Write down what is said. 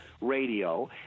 radio